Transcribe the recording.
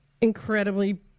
incredibly